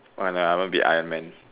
whatever I wanna be Iron Man